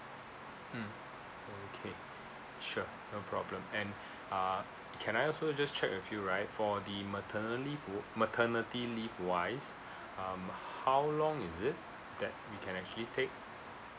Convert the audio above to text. mm okay sure no problem and uh can I also just check with you right for the maternity maternity leave wise um how long is it that we can actually take